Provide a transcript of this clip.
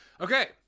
okay